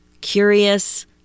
curious